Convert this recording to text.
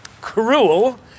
cruel